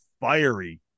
fiery